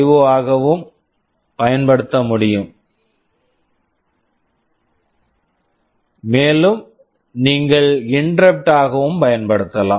ஓ IO ஆகவும் பயன்படுத்த முடியும் மேலும் நீங்கள் இன்டெர்ரப்ட் interrupt ஆகவும் பயன்படுத்தலாம்